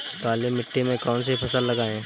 काली मिट्टी में कौन सी फसल लगाएँ?